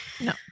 No